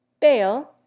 Bale